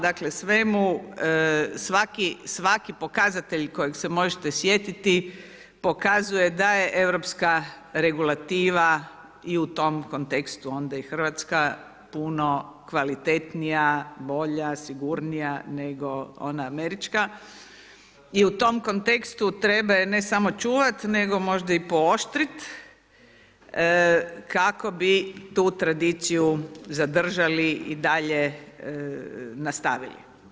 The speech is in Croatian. Dakle, svemu, svaki pokazatelj kojeg se možete sjetiti pokazuje da je europska regulativa i u tom kontekstu onda i hrvatska puno kvalitetnija, bolja, sigurnija nego ona američka i u tom kontekstu treba ju ne samo čuvati, nego možda i pooštriti kako bi tu tradiciju zadržali i dalje nastavili.